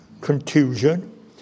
contusion